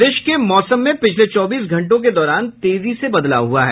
प्रदेश के मौसम में पिछले चौबीस घंटों के दौरान तेजी से बदलाव हुआ है